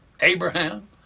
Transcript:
Abraham